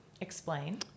Explain